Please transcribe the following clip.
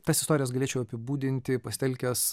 tas istorijas galėčiau apibūdinti pasitelkęs